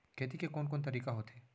खेती के कोन कोन तरीका होथे?